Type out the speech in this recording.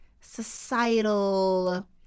Societal